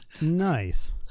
Nice